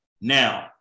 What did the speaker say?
Now